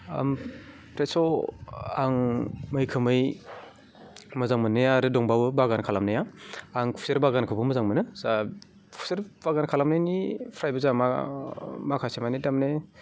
ओमफ्रायथ' आं मैखोमै मोजां मोननाया आरो दंबावो बागान खालामनाया आं खुसेर बागानखौबो मोजां मोनो जा खुसेर बागान खालामनायनिफ्रायबो जा मा माखासेमानि तारमाने